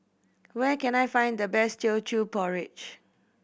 where can I find the best Teochew Porridge